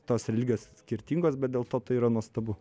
tos religijos skirtingos bet dėl to tai yra nuostabu